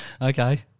Okay